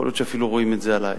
יכול להיות שאפילו רואים את זה עלי.